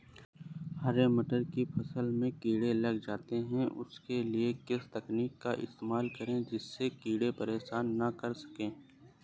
हरे मटर की फसल में कीड़े लग जाते हैं उसके लिए किस तकनीक का इस्तेमाल करें जिससे कीड़े परेशान ना कर सके?